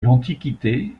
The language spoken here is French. l’antiquité